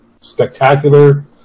spectacular